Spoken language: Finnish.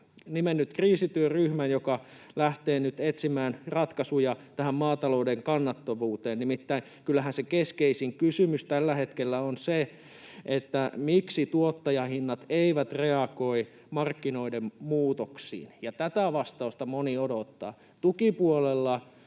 nimennyt kriisityöryhmän, joka lähtee nyt etsimään ratkaisuja tähän maatalouden kannattavuuteen. Nimittäin kyllähän se keskeisin kysymys tällä hetkellä on se, miksi tuottajahinnat eivät reagoi markkinoiden muutoksiin, ja tätä vastausta moni odottaa. Tukipuolella